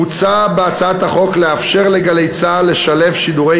מוצע בהצעת החוק לאפשר ל"גלי צה"ל" לשלב שידורי